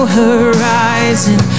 horizon